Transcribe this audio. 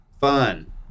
Fun